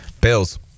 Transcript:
Bills